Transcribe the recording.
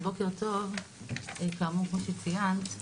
בוקר טוב, כאמור כמו שציינת,